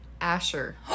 Asher